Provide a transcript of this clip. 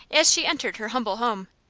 as she entered her humble home.